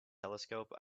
telescope